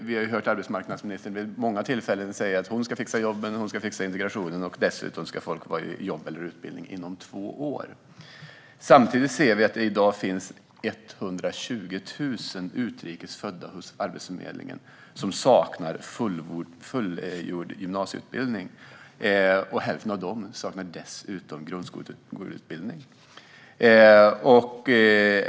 Vi har hört arbetsmarknadsministern vid många tillfällen säga att hon ska fixa jobben och att hon ska fixa integrationen och att folk dessutom ska vara i jobb eller utbildning inom två år. Samtidigt ser vi att det i dag finns 120 000 utrikes födda hos Arbetsförmedlingen som saknar fullgjord gymnasieutbildning. Hälften av dem saknar dessutom grundskoleutbildning.